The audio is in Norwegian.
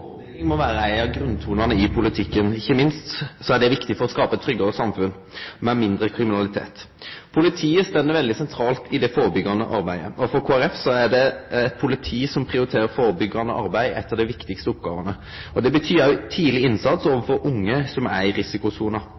Førebygging må vere ein av grunntonane i politikken, ikkje minst er det viktig for å skape eit tryggare samfunn med mindre kriminalitet. Politiet står veldig sentralt i det førebyggjande arbeidet, og for Kristeleg Folkeparti er eit politi som prioriterer førebyggjande arbeid, noko av det viktigaste. Det betyr tidleg innsats overfor unge som er i risikosona.